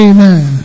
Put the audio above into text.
Amen